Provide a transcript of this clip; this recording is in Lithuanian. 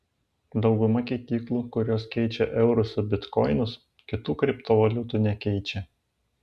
dauguma keityklų kurios keičia eurus į bitkoinus kitų kriptovaliutų nekeičia